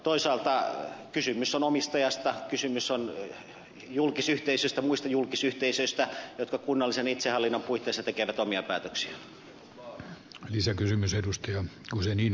toisaalta kysymys on omistajasta kysymys on julkisyhteisöstä muista julkisyhteisöistä jotka kunnallisen itsehallinnon puitteissa tekevät omia päätöksiään